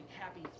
happy